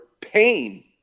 pain